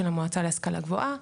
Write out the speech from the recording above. של המועצה להשכלה גבוהה,